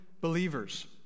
believers